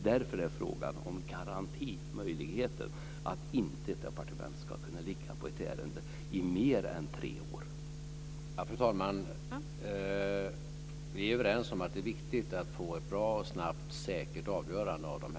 Därför är frågan om garantimöjligheten, dvs. att ett departement inte ska kunna ligga på ett ärende i mer än tre år, så viktig.